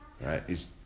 right